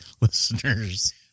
listeners